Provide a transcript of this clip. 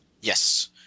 Yes